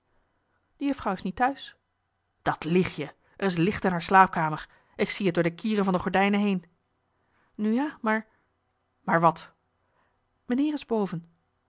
is niet t'huis dat lieg je er is licht in haar slaapkamer ik zie t door de kieren van de gordijnen heen nu ja maar maar wat meneer is